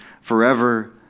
forever